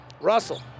Russell